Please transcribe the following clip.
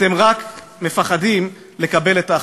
אתם רק מפחדים לקבל את ההחלטות.